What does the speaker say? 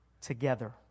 together